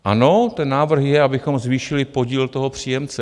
Ano, ten návrh je, abychom zvýšili podíl toho příjemce.